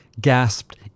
gasped